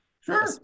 Sure